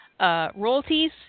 Royalties